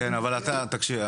אבל תקשיב,